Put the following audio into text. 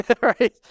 right